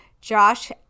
Josh